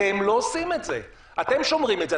אתם לא עושים את זה, אתם שומרים את זה.